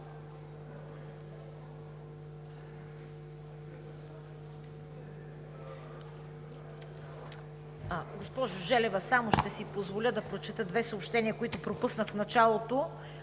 Госпожо Желева, само ще си позволя да прочета две съобщения, които пропуснах в началото,